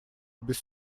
без